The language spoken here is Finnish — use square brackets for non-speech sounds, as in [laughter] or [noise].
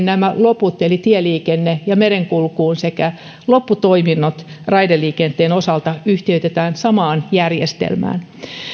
[unintelligible] nämä loput eli tieliikenne ja merenkulku sekä lopputoiminnot raideliikenteen osalta yhtiöitetään samaan järjestelmään